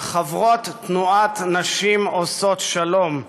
חברות תנועת נשים עושות שלום,